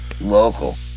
local